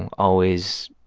and always,